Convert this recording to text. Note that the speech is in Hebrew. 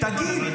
תגיד,